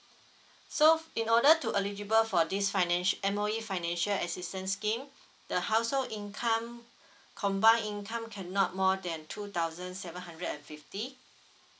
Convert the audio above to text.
so in order to eligible for this financi~ M_O_E financial assistance scheme the household income combine income cannot more than two thousand seven hundred and fifty